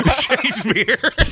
Shakespeare